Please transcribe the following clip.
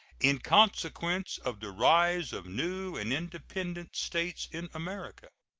in consequence of the rise of new and independent states in america.